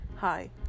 Hi